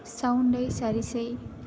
சவுண்டை சரி செய்